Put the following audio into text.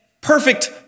perfect